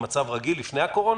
במצב רגיל לפני הקורונה?